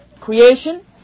creation